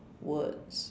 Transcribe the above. words